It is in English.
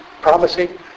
promising